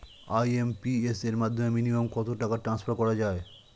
IMPS এর মাধ্যমে minimum কত টাকা ট্রান্সফার করা যায়?